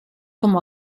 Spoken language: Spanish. como